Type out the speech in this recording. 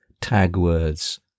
tag-words